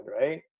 right